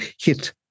hit